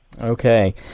Okay